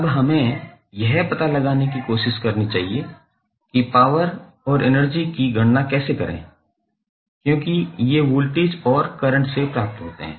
अब हमें यह पता लगाने की कोशिश करें कि पॉवर और एनर्जी की गणना कैसे करें क्योंकि ये वोल्टेज और करंट से प्राप्त होते हैं